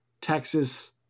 Texas